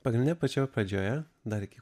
pagrinde pačioje pradžioje dar iki